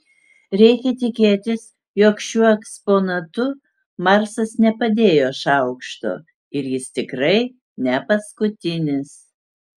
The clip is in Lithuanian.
reikia tikėtis jog šiuo eksponatu marsas nepadėjo šaukšto ir jis tikrai ne paskutinis